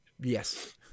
Yes